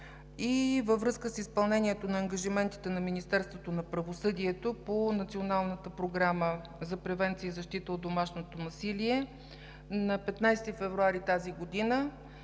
Във връзка с изпълнението на ангажиментите на Министерството на правосъдието по Националната програма за превенция и защита от домашното насилие на 15 февруари тази година